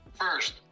First